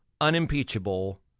unimpeachable